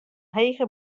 hege